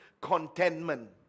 contentment